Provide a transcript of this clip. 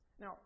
Now